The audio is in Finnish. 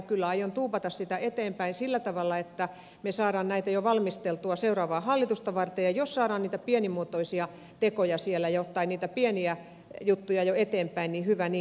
kyllä aion tuupata sitä eteenpäin sillä tavalla että me saamme näitä jo valmisteltua seuraavaa hallitusta varten ja jos saadaan niitä pienimuotoisia tekoja tai pieniä juttuja jo eteenpäin hyvä niin